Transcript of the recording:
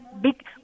big